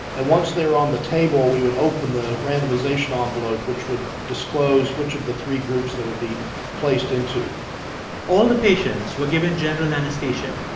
and once they're on the table, we would open the randomization ah envelope, which would disclose which of the three groups they would be placed into all the patients were given general anesthesia.